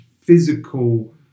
physical